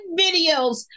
videos